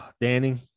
Danny